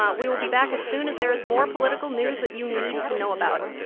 um we will be back as soon as there is more political news that you need to know about.